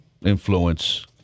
influence